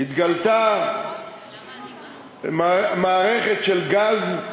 התגלתה מערכת של גז,